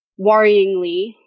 worryingly